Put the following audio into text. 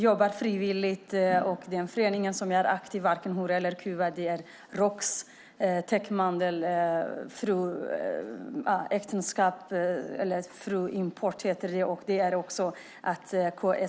Jag är aktiv i föreningen Varken hora eller kuvad. Roks rapport Täckmantel äktenskap handlar också om fruimport.